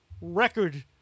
record